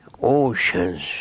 oceans